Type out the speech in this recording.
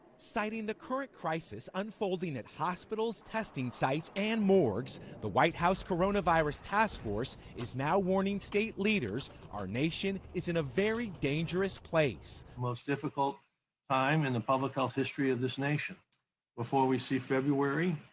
citing the current crisis unfolding at hospitals, testing sites and morgues the white house coronavirus task force is now warning state leaders our nation is in a very dangerous place. most difficult time in the public health history of this nation before we see february,